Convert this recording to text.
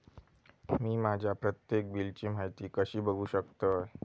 मी माझ्या प्रत्येक बिलची माहिती कशी बघू शकतय?